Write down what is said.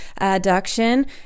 Adduction